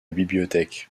bibliothèque